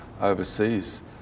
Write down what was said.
overseas